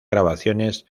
grabaciones